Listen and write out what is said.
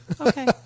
Okay